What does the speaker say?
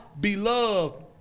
beloved